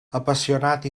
apassionat